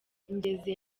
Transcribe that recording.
ngeze